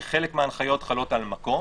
כי חלק מההנחיות חלות על מקום,